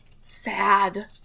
sad